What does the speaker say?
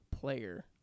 player